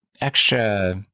extra